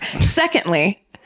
Secondly